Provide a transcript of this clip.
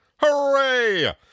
Hooray